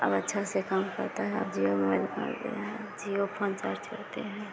अब अच्छा से काम करता है अब जिओ मोबाइल पर मारते हैं अब जिओ फोन चार्ज करते हैं